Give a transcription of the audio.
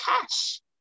cash